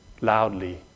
loudly